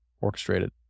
orchestrated